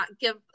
give